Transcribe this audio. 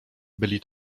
byli